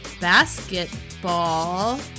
basketball